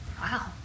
Wow